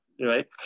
right